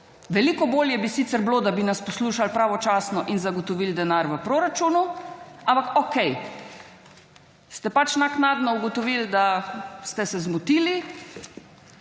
Veliko bolje bi sicer bilo, da bi nas poslušal pravočasno in zagotovil denar v proračunu, ampak okej, ste pač naknadno ugotovil, da ste se zmotili,